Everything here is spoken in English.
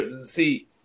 see